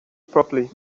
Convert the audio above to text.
properly